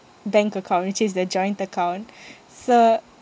bank account which is the joint account so